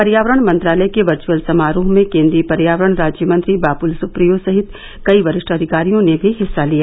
पर्यावरण मंत्रालय के वर्चअल समारोह में केन्द्रीय पर्यावरण राज्य मंत्री बाबुल सुप्रियो सहित कई वरिष्ठ अधिकारियों ने भी हिस्सा लिया